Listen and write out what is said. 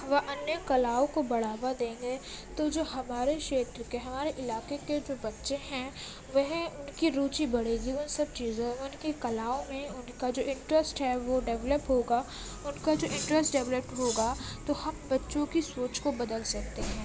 و انیہ کلاؤں کو بڑھاوا دیں گے تو جو ہمارے شیتر کے ہمارے علاقے کے جو بچے ہیں وہ ان کی روچی بڑھے گی ان سب چیزوں میں ان کلاؤں میں ان کا جو انٹرسٹ ہے وہ ڈیولوپ ہوگا ان کا جو انٹرسٹ ڈیولوپڈ ہوگا تو ہم بچوں کی سوچ کو بدل سکتے ہیں